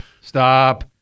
Stop